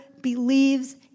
believes